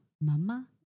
mama